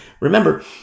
remember